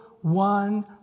One